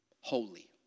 holy